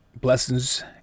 blessings